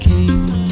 King